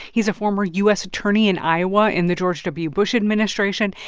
he's a former u s. attorney in iowa in the george w. bush administration.